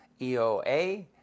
EOA